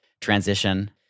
transition